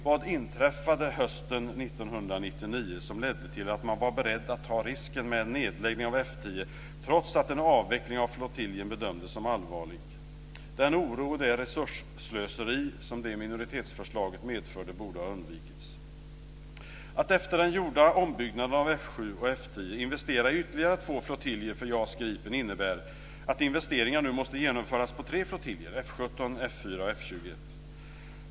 Vad inträffade hösten 1999 som ledde till att man var beredd att ta risken med en nedläggning av F 10 trots att en avveckling av flottiljen bedömdes som allvarlig? Den oro och det resursslöseri som det minoritetsförslaget medförde borde ha undvikits. Gripen innebär att investeringar nu måste genomföras på tre flottiljer, F 17, F 4 och F 21.